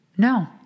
No